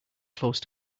close